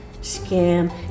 scam